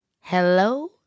Hello